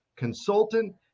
consultant